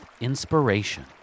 inspiration